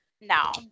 no